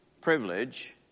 privilege